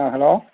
ആ ഹലോ